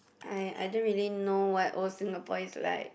I I don't really know what old Singapore is like